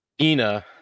Ina